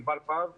ענבל פז פיטל,